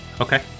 Okay